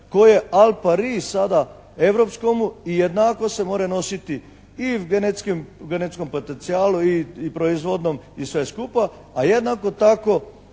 je al pari sada europskomu i jednako se more nositi i u genetskom potencijalu i proizvodnom i sve skupa. A jednako tako